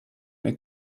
mit